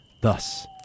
Thus